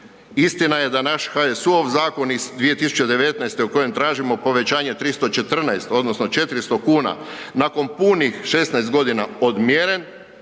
Istina je da je naš HSU-ov zakon iz 2019. u kojem tražimo povećanje 314, odnosno 400 kuna, nakon punih 16 godina odmjeren,